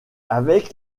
avec